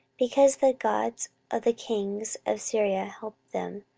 because the gods of the kings of syria help them,